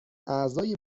اعضای